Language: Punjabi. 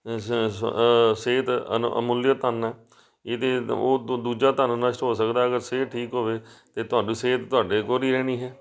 ਸਿਹਤ ਅਨ ਅਮੁੱਲਿਆ ਧਨ ਹੈ ਇਹ ਅਤੇ ਉਹ ਦੂ ਦੂਜਾ ਧਨ ਨਸ਼ਟ ਹੋ ਸਕਦਾ ਅਗਰ ਸਿਹਤ ਠੀਕ ਹੋਵੇ ਅਤੇ ਤੁਹਾਡੀ ਸਿਹਤ ਤੁਹਾਡੇ ਕੋਲ ਹੀ ਰਹਿਣੀ ਹੈ